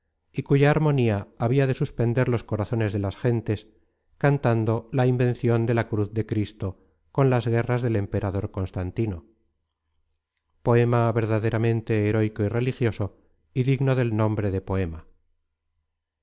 y cuya armonía habia de suspender los corazones de las gentes cantando la invencion de la cruz de cris content from google book search generated at to con las guerras del emperador constantino poema verdaderamente heroico y religioso y digno del nombre de poema